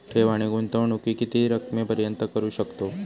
ठेव आणि गुंतवणूकी किती रकमेपर्यंत करू शकतव?